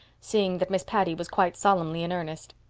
seeing that miss patty was quite solemnly in earnest.